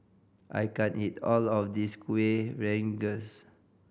I can't eat all of this Kuih Rengas